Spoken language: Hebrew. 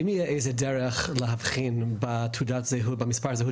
האם יהיה איזושהי דרך להבחין במספר הזהות